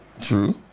True